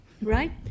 Right